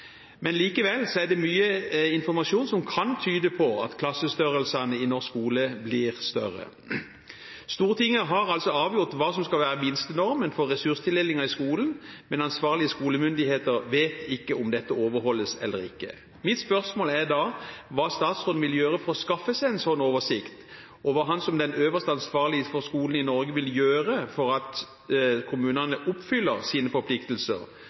Likevel er det mye informasjon som kan tyde på at klassene i norsk skole blir større. Stortinget har altså avgjort hva som skal være minstenormen for ressurstildelingen i skolen, men ansvarlige skolemyndigheter vet ikke om dette overholdes eller ikke. Mitt spørsmål er da hva statsråden vil gjøre for å skaffe seg en sånn oversikt, og hva han som den øverste ansvarlige for skolen i Norge vil gjøre for at kommunene oppfyller sine forpliktelser,